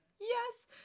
yes